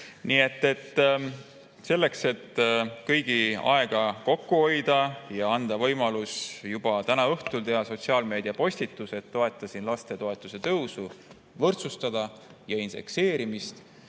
Nii et selleks, et kõigi aega kokku hoida ja anda võimalus juba täna õhtul teha sotsiaalmeediapostitus, et toetasin lapsetoetuse tõusu, selle toetuse võrdsustamist ja indekseerimist,